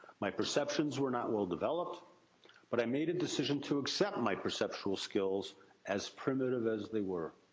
my perceptions were not well developed but i made a decision to accept my perceptual skills as primitive as they were.